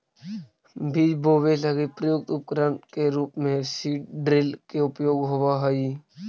बीज बोवे लगी प्रयुक्त उपकरण के रूप में सीड ड्रिल के उपयोग होवऽ हई